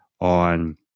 on